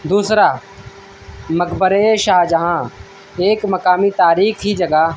دوسرا مقبرہ شاہجہاں ایک مقامی تاریخی جگہ